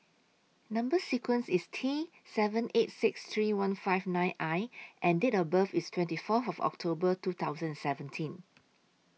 Number sequence IS T seven eight six three one five nine I and Date of birth IS twenty four of October two thousand seventeen